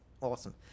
Awesome